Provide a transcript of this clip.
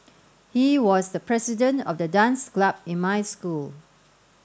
he was the president of the dance club in my school